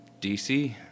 DC